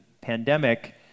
pandemic